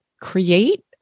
create